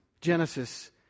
Genesis